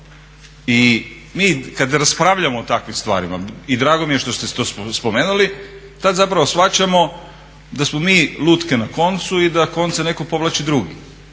I mi kada raspravljamo o takvim stvarima i drago mi je što ste to spomenuli, tada zapravo shvaćamo da smo mi lutke na koncu i da konce neko povlači drugi.